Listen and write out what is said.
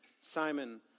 Simon